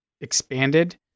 expanded